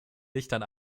lichtern